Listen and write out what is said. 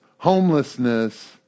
homelessness